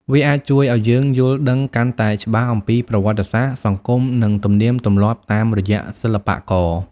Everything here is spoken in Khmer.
វាអាចជួយឲ្យយើងយល់ដឹងកាន់តែច្បាស់អំពីប្រវត្តិសាស្ត្រ សង្គម និងទំនៀមទម្លាប់តាមរយៈសិល្បករ។